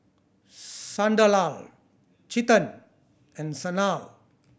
Sunderlal Chetan and Sanal